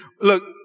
look